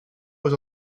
aux